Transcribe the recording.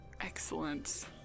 Excellent